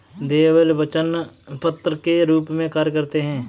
देय बिल वचन पत्र के रूप में कार्य करते हैं